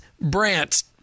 Brant